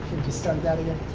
to start that again.